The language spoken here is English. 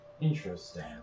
Interesting